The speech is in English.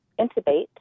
intubate